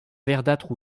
verdâtres